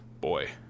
boy